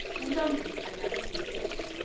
oh jung-hee, arirang news.